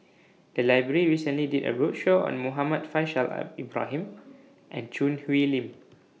The Library recently did A roadshow on Muhammad Faishal Ibrahim and Choo Hwee Lim